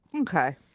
Okay